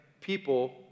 people